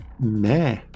meh